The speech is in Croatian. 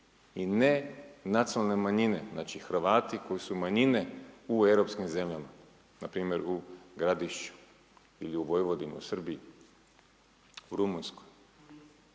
i ne nacionalne manjine, znači Hrvati koji su manjine u europskim zemljama npr. u Gradišću, ili Vojvodini u Srbiji, u Rumunjskoj.